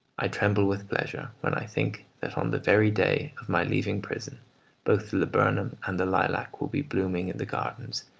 i tremble with pleasure when i think that on the very day of my leaving prison both the laburnum and the lilac will be blooming in the gardens,